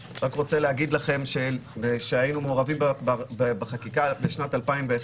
אני רק רוצה להגיד לכם שכאשר היינו מעורבים בחקיקה בשנת 2001,